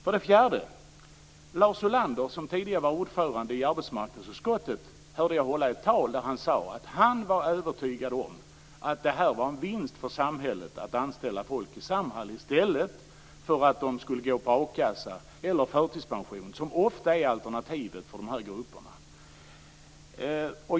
För det fjärde: Jag hörde Lars Ulander, som tidigare var ordförande i arbetsmarknadsutskottet, hålla ett tal där han sade att han var övertygad om att det var en vinst för samhället att anställa folk i Samhall i stället för att låta dem gå på a-kassa eller i förtidspension, som ofta är alternativen för de här grupperna.